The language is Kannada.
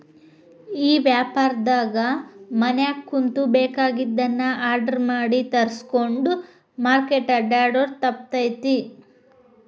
ಈ ವ್ಯಾಪಾರ್ದಾಗ ಮನ್ಯಾಗ ಕುಂತು ಬೆಕಾಗಿದ್ದನ್ನ ಆರ್ಡರ್ ಮಾಡಿ ತರ್ಸ್ಕೊಂಡ್ರ್ ಮಾರ್ಕೆಟ್ ಅಡ್ಡ್ಯಾಡೊದು ತಪ್ತೇತಿ